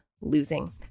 losing